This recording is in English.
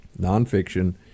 nonfiction